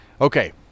Okay